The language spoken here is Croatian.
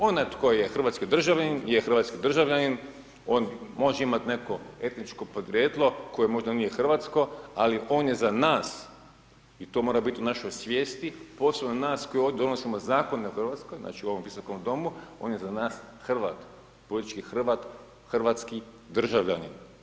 Onaj tko je hrvatski državljanin je hrvatski državljanin, on može imati neko etničko podrijetlo koje možda nije hrvatsko ali on je za nas i to mora biti u našoj svijesti, posebno nas koji ovdje donosimo zakone u Hrvatskoj, znači u ovom Visokom domu, on je za nas Hrvat, politički Hrvat, hrvatski državljanin.